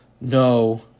no